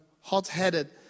hot-headed